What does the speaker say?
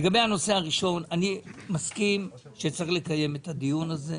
לגבי הנושא הראשון אני מסכים שצריך לקיים את הדיון הזה.